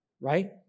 Right